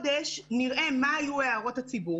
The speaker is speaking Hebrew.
לפעמים זה בא על חשבון איכות ולפעמים זה בא על חשבון הכמות.